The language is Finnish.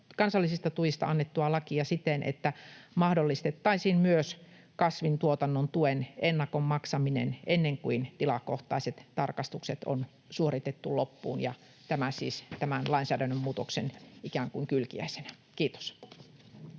kansallisista tuista annettua lakia siten, että mahdollistettaisiin myös kasvintuotannon tuen ennakon maksaminen ennen kuin tilakohtaiset tarkastukset on suoritettu loppuun, ja tämä siis tämän lainsäädännön muutoksen ikään kuin kylkiäisenä. — Kiitos.